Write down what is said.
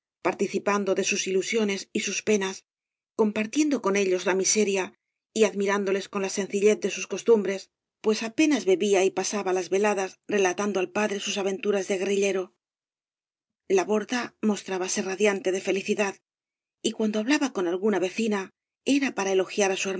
participando de sus ilusiones y sus penas compar tiendo con ellos la miseria y admirándoles con la sencillez de bus costumbres pues apenas bebía y pasaba las veladas relatando al padre sus aventuras de guerrillero la borda mostrábase radiante de felicidad y cuando hablaba con alguna vecina era para elogiar